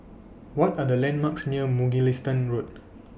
What Are The landmarks near Mugliston Road